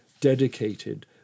dedicated